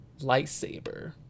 lightsaber